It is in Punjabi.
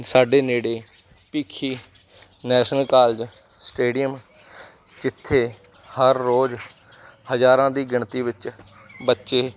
ਸਾਡੇ ਨੇੜੇ ਭੀਖੀ ਨੈਸ਼ਨਲ ਕਾਲਜ ਸਟੇਡੀਅਮ ਜਿੱਥੇ ਹਰ ਰੋਜ਼ ਹਜ਼ਾਰਾਂ ਦੀ ਗਿਣਤੀ ਵਿੱਚ ਬੱਚੇ